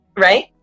Right